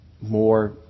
more